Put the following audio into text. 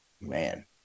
man